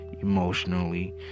emotionally